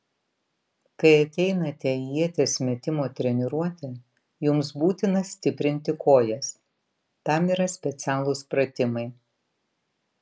kai ateinate į ieties metimo treniruotę jums būtina stiprinti kojas tam yra specialūs pratimai